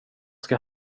ska